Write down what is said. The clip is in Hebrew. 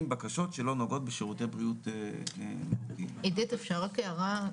בקשות שלא נוגעות בשירותי בריאות --- אפשר רק הערה?